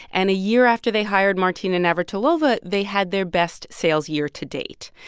and a year after they hired martina navratilova, they had their best sales year to date.